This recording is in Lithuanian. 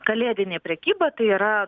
kalėdinė prekyba tai yra